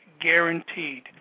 guaranteed